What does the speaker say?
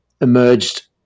emerged